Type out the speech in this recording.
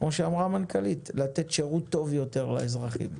כפי שאמרה המנכ"לית, לתת שירות טוב יותר לאזרחים,